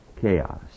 chaos